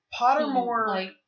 Pottermore